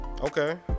okay